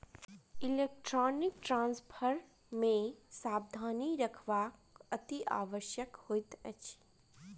electronic transfer मे सावधानी राखब अतिआवश्यक होइत अछि